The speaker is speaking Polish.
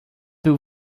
był